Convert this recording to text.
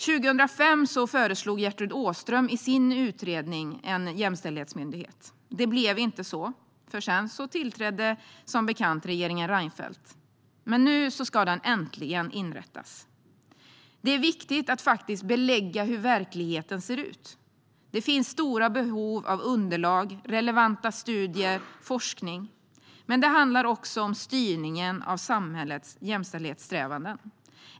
År 2005 föreslog Gertrud Åström i sin utredning en jämställdhetsmyndighet. Det blev inte så, för sedan tillträdde som bekant regeringen Reinfeldt. Men nu ska den äntligen inrättas. Det är viktigt att faktiskt belägga hur verkligheten ser ut. Det finns stora behov av underlag, relevanta studier och forskning. Men det handlar också om styrningen av samhällets jämställdhetssträvanden.